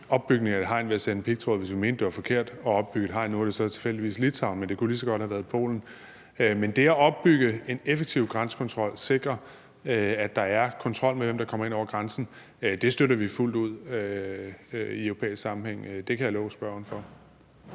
opbygningen af et hegn ved at sende pigtråd, hvis vi mente, at det var forkert at opbygge et hegn, og nu er det så tilfældigvis Litauen, men det kunne lige så godt have været Polen. Men det at opbygge en effektiv grænsekontrol og sikre, at der er kontrol med dem, der kommer ind over grænsen, støtter vi fuldt ud i en europæisk sammenhæng. Det kan jeg love spørgeren for.